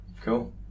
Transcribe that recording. Cool